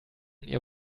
ihr